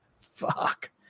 fuck